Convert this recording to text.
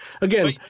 again